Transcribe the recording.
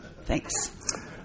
Thanks